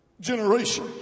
generation